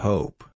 Hope